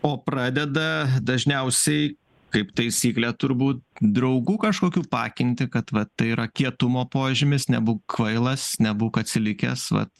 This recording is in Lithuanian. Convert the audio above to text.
o pradeda dažniausiai kaip taisyklė turbūt draugų kažkokių paakinti kad va tai yra kietumo požymis nebūk kvailas nebūk atsilikęs vat